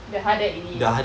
the harder it is